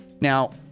Now